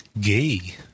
Gay